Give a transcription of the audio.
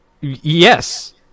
Yes